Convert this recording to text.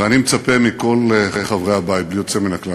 אדוני היושב-ראש, חברי הכנסת,